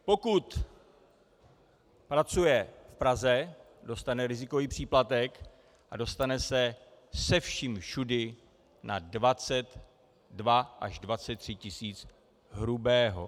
Pokud pracuje v Praze, dostane rizikový příplatek a dostane se se vším všudy na 22 až 23 tis. hrubého.